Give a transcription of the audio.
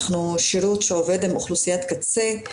אנחנו שירות שעובד עם אוכלוסיית קצה,